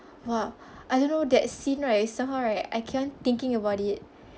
!wah! I don't know that scene right somehow right I keep on thinking about it